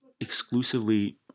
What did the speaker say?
exclusively